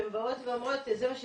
הן באות ואומרות: זה מה שהרגשתי,